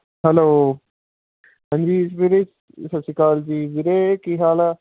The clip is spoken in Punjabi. ਹੈਲੋ ਹਾਂਜੀ ਵੀਰੇ ਸਤਿ ਸ਼੍ਰੀ ਅਕਾਲ ਜੀ ਵੀਰੇ ਕੀ ਹਾਲ ਆ